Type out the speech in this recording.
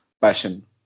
passion